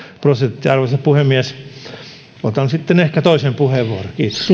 prosenttia arvoisa puhemies otan ehkä toisen puheenvuoron